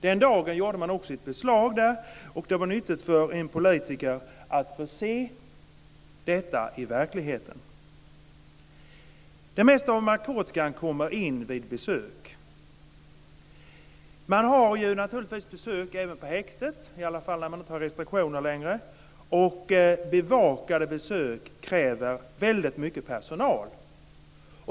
Den dagen gjorde man också ett beslag där, och det var nyttigt för en politiker att få se detta i verkligheten. Det mesta av narkotikan kommer in vid besök. Man har naturligtvis besök även på häktet, i alla fall när man inte längre har restriktioner, och bevakade besök kräver väldigt mycket personal.